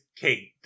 Kate